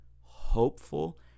hopeful